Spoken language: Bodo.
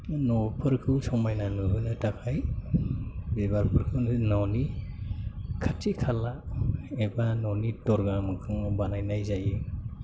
न'फोरखौ समायना नुहोनो थाखाय बिबारफोरखौनो न'नि खाथि खाला एबा न'नि दरजा मोखाङाव बानायनाय जायो